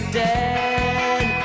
dead